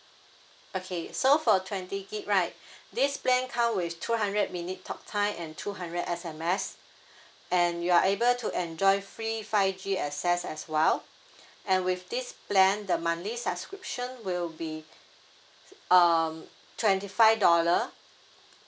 okay so for twenty gig right this plan come with two hundred minute talktime and two hundred S_M_S and you are able to enjoy free five G access as well and with this plan the monthly subscription will be um twenty five dollar